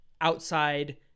outside